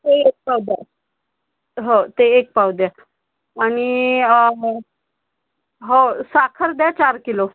एक पाव द्याल हो ते एक पाव द्या आणि हो साखर द्या चार किलो